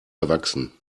erwachsen